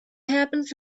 happens